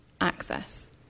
access